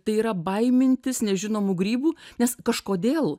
tai yra baimintis nežinomų grybų nes kažkodėl